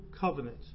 Covenant